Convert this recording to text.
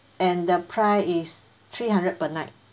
and the price is three hundred per night